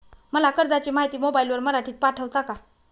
मला कर्जाची माहिती मोबाईलवर मराठीत पाठवता का?